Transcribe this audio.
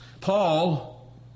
Paul